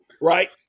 Right